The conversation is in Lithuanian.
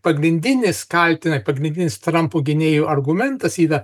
pagrindinis kaltina pagrindinis trampo gynėjų argumentas yra